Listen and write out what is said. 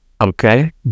Okay